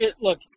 look